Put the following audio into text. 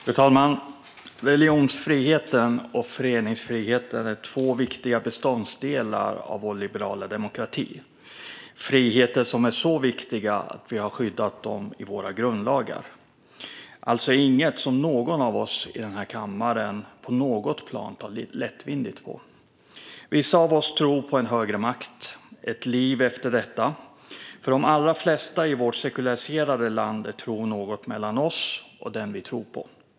Fru talman! Religionsfriheten och föreningsfriheten är två viktiga beståndsdelar i vår liberala demokrati. Det är friheter som är så viktiga att vi har skyddat dem i våra grundlagar och alltså inget som någon av oss här i kammaren på något plan tar lättvindigt på. Vissa av oss tror på en högre makt och ett liv efter detta. För de allra flesta i vårt sekulariserade land är tron något mellan oss och den vi tror på.